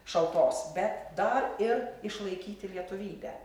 šaltos bet dar ir išlaikyti lietuvybę